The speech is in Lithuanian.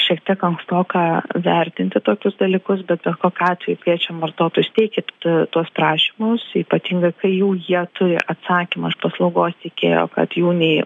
šiek tiek ankstoka vertinti tokius dalykus bet kokiu atveju kviečiam vartotojus teikit tuos prašymus ypatingai kai jau jie turi atsakymą iš paslaugos teikėjo kad jų nei